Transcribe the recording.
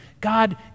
God